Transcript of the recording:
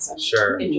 sure